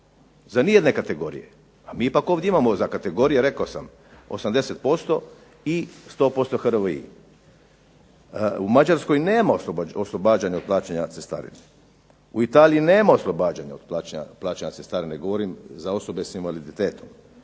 za nijedne kategorije a mi ipak ovdje imamo, za kategorije rekao sam 80% i 100% HRVI. U Mađarskoj nema oslobađanja od plaćanja cestarine, u Italiji nema oslobađanja od plaćanja cestarine, govorim za osobe sa invaliditetom.